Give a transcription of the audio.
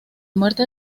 muerte